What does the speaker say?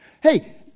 hey